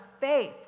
faith